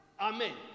Amen